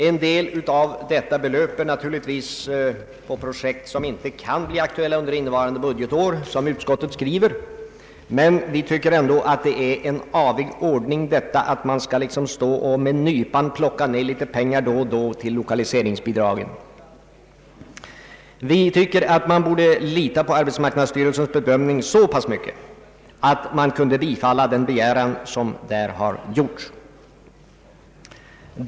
En del av detta belopp rör måhända projekt som inte blir aktuella innevarande budgetår, men vi tycker i alla fall att det är en avig ordning att man liksom med nypan skall plocka litet pengar då och då till lokaliseringsbidrag. Man borde lita på arbetsmarknadsstyrelsens bedömning så pass mycket att man kunde bifalla dess begäran.